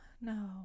no